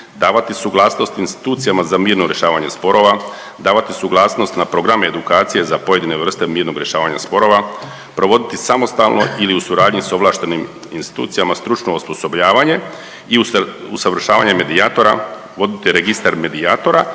davati suglasnost institucijama za mirno rješavanje sporova, davati suglasnost na programe edukacije na pojedine vrste mirnog rješavanja sporova, provoditi samostalno ili u suradnji s ovlaštenim institucijama stručno osposobljavanje i usavršavanje medijatora voditi registar medijatora